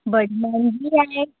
बड़ियां मैंह्गियां न एह्